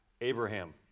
Abraham